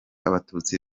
abatutsi